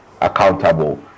accountable